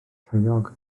taeog